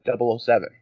007